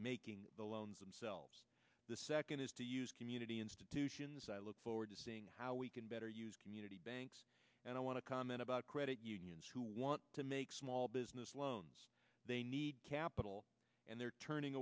making the loans themselves the second is to use community institutions i look forward to seeing how we can better use community banks and i want to comment about credit unions who want to make small business loans they need capital and they're turning